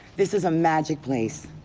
this is a magic place,